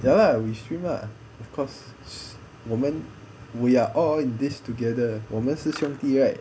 ya lah we stream lah because 我们 we're all in this together 我们是兄弟 right